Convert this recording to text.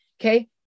okay